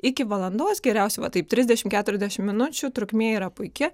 iki valandos geriausiai va taip trisdešim keturiasdešim minučių trukmė yra puiki